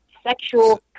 sexual